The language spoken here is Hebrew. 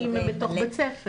אם הם בתוך בית ספר.